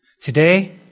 Today